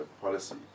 Policy